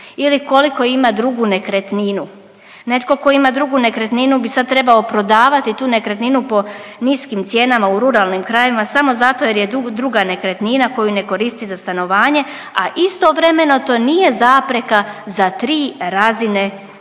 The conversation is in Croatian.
ili koliko ima drugu nekretninu. Netko tko ima drugu nekretninu bi sad trebao prodavati tu nekretninu po niskim cijenama u ruralnim krajevima samo zato jer je druga nekretnina koju ne koristi za stanovanje a istovremeno to nije zapreka za tri razine potpore,